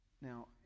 Now